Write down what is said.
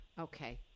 Okay